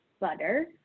butter